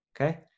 okay